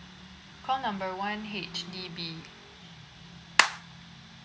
call number one H_D_B